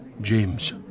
James